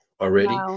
already